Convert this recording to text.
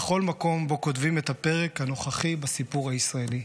בכל מקום שבו כותבים את הפרק הנוכחי בסיפור הישראלי.